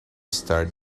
estar